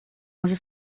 monge